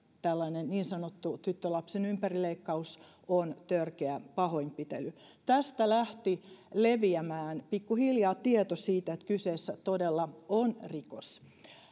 tällainen niin sanottu tyttölapsen ympärileikkaus on törkeä pahoinpitely tästä lähti leviämään pikkuhiljaa tieto siitä että kyseessä todella on rikos